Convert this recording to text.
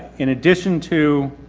in addition to